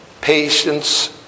patience